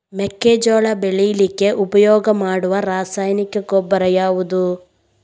ಮೆಕ್ಕೆಜೋಳ ಬೆಳೀಲಿಕ್ಕೆ ಉಪಯೋಗ ಮಾಡುವ ರಾಸಾಯನಿಕ ಗೊಬ್ಬರ ಯಾವುದು?